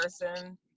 person